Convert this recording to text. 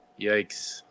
Yikes